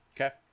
Okay